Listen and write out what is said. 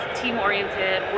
team-oriented